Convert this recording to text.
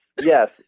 Yes